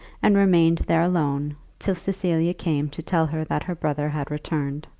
and remained there alone till cecilia came to tell her that her brother had returned.